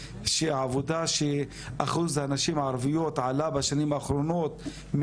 שבו אחוז הנשים הערביות עלה בשנים האחרונות,